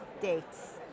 dates